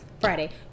Friday